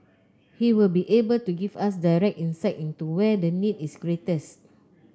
he will be able to give us direct insight into where the need is greatest